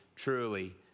Truly